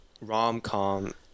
rom-com